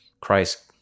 christ